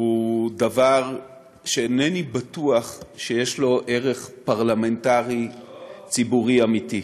הוא דבר שאינני בטוח שיש לו ערך פרלמנטרי ציבורי אמיתי.